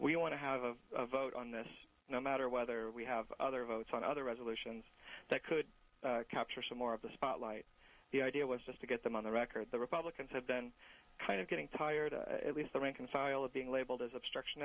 we want to have of out on this no matter whether we have other votes on other resolutions that could capture some more of the spotlight the idea was just to get them on the record the republicans have been kind of getting tired at least the rank and file of being labeled as obstruction